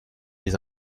mes